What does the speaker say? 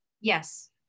Yes